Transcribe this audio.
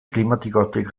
klimatikotik